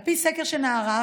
על פי סקר שנערך,